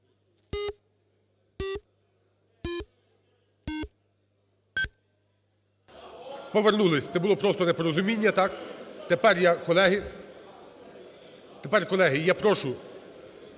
Повернулися. Це було просто непорозуміння, так? Тепер я, колеги, тепер,